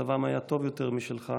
מצבם היה טוב יותר משלך,